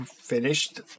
finished